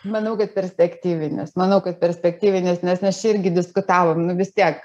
manau kad perspektyvinis manau kad perspektyvins nes mes čia irgi diskutavom nu vis tiek